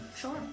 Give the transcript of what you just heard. Sure